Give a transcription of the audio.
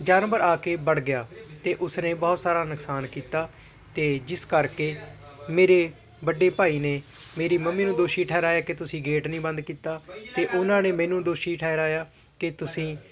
ਜਾਨਵਰ ਆ ਕੇ ਵੜ ਗਿਆ ਅਤੇ ਉਸ ਨੇ ਬਹੁਤ ਸਾਰਾ ਨੁਕਸਾਨ ਕੀਤਾ ਅਤੇ ਜਿਸ ਕਰਕੇ ਮੇਰੇ ਵੱਡੇ ਭਾਈ ਨੇ ਮੇਰੀ ਮੰਮੀ ਨੂੰ ਦੋਸ਼ੀ ਠਹਿਰਾਇਆ ਕਿ ਤੁਸੀਂ ਗੇਟ ਨਹੀਂ ਬੰਦ ਕੀਤਾ ਅਤੇ ਉਹਨਾਂ ਨੇ ਮੈਨੂੰ ਦੋਸ਼ੀ ਠਹਿਰਾਇਆ ਕਿ ਤੁਸੀਂ